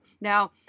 Now